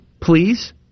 please